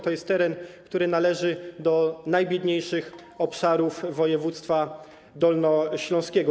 To jest teren, który należy do najbiedniejszych obszarów województwa dolnośląskiego.